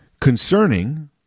concerning